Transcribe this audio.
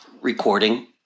recording